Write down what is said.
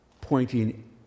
pointing